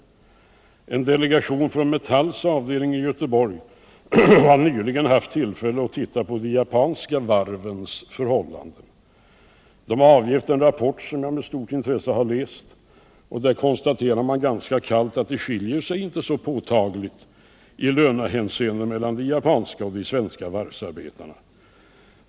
En delegation från Metalls avdelning i Göteborg har nyligen haft tillfälle att se på de japanska varvens förhållanden. Delegationen har nu avgettlen rapport som jag med stort intresse läst och där man kallt konstaterar att det skiljer icke så påtagligt i lönehänseende mellan de japanska och de svenska varvsarbetarna.